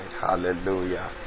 Hallelujah